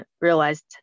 realized